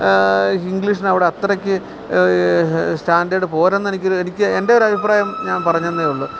ഇംഗ്ലീഷിനവിടെ അത്രയ്ക്ക് സ്റ്റാന്ഡേർഡ് പോരെന്ന് എനിക്ക് എൻ്റെ ഒരു അഭിപ്രായം ഞാൻ പറഞ്ഞുവെന്നേയുള്ളൂ